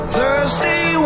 Thursday